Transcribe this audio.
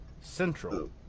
Central